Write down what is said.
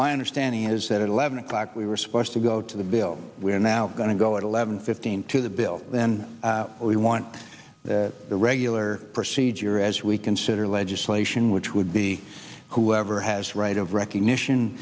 my understanding is that eleven o'clock we were supposed to go to the bill we are now going to go at eleven fifteen to the bill then we want the regular procedure as we consider legislation which would be whoever has right of recognition